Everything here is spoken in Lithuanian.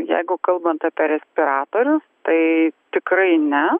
jeigu kalbant apie respiratorius tai tikrai ne